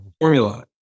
formula